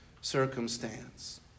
circumstance